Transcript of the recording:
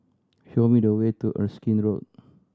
show me the way to Erskine Road